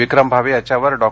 विक्रम भावे यांच्यावर डॉ